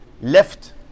left